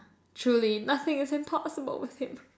truly nothing is impossible with him